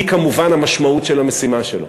היא כמובן המשמעות של המשימה שלו.